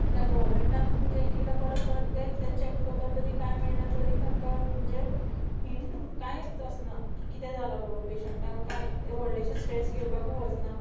कित्याक गव्हरमँटान तुजे एक एकेदां परत परत तेंच तेंच चॅक करता तरी काय मेळनात तरी तांकां म्हणजे हिंट कांयच आसना कितें जाला बाबा पेंशटांक काय ना तें व्हडलेंशें स्ट्रेस घेवपाकूय वचनात